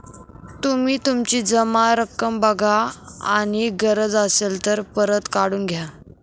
तुम्ही तुमची जमा रक्कम बघा आणि गरज असेल तर परत काढून घ्या